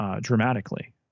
dramatically